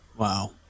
Wow